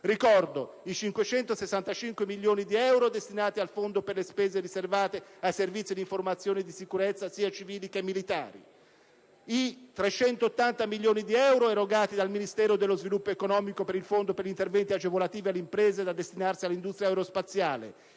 Ricordo i 565 milioni di euro destinati al Fondo per le spese riservate ai servizi di informazioni e di sicurezza sia civili che militari; i 380 milioni di euro erogati dal Ministero dello sviluppo economico per il Fondo per gli interventi agevolativi alle imprese da destinarsi all'industria aerospaziale;